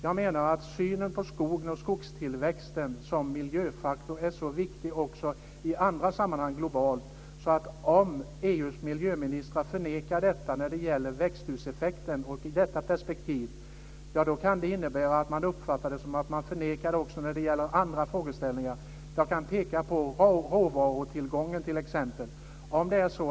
Jag noterar att synen på skogen och skogstillväxten som miljöfaktor är så viktig också i andra sammanhang globalt att om EU:s miljöministrar förnekar detta när det gäller växthuseffekten och i detta perspektiv, kan det innebära att man uppfattar det som att man förnekar det också när det gäller andra frågeställningar. Jag kan peka på t.ex. råvarutillgången.